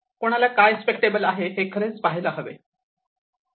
कोणाला काय एक्सेप्टटेबल आहे हे खरेच पाहायला हवे